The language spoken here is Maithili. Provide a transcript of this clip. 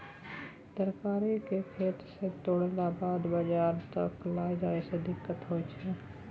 तरकारी केँ खेत सँ तोड़लाक बाद बजार तक लए जाए में दिक्कत होइ छै